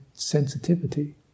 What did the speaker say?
Sensitivity